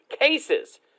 cases